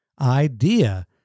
idea